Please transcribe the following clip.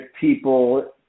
people